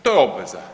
To je obveza.